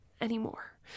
anymore